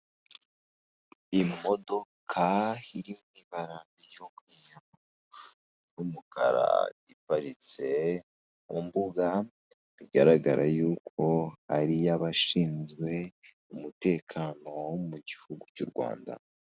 Imodoka iri mu ibara ry'umweru n'umukara iparitse ku mbuga bigaragara yuko ari iy'abashinzwe umutekano wo mu gihugu cy'u Rwanda.